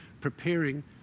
preparing